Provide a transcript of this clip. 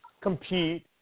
compete